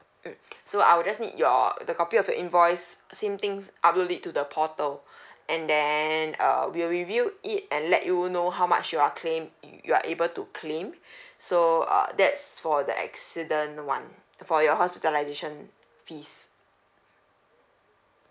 mm so I'll just need your uh the copy of the invoice same things upload it to the portal and then um we'll review it and let you know how much you are claim you're able to claim so uh that's for the accident one for your hospitalization fees